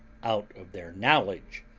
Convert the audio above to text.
out of their knowledge,